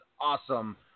awesome